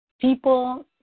people